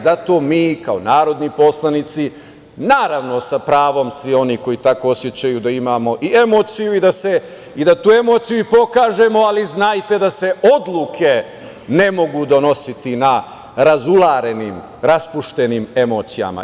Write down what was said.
Zato mi kao narodni poslanici, naravno sa pravom svi oni koji tako osećaju da imamo i emociju i da tu emociju i pokažemo, ali znajte da se odluke ne mogu donositi na razularenim, raspuštenim emocijama.